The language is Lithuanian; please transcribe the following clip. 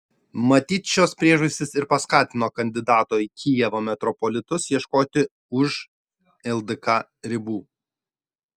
matyt šios priežastys ir paskatino kandidato į kijevo metropolitus ieškoti už ldk ribų